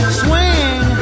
swing